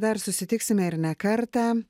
dar susitiksime ir ne kartą